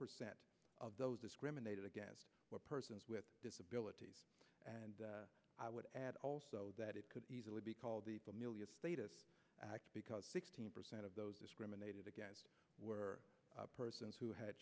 percent of those discriminated against were persons with disabilities and i would add also that it could easily be called the pl million status act because sixteen percent of those discriminated against were persons who had